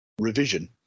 revision